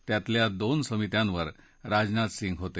त्यातल्या दोन समित्यांवर राजनाथ सिंग होते